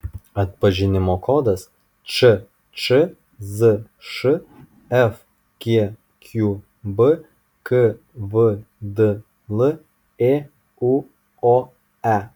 atpažinimo kodas ččzš fgqb kvdl ėuoe